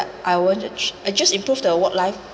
I won't ju~ I'll just improve the work life